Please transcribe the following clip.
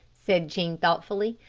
said jean thoughtfully.